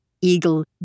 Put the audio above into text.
eagle